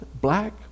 black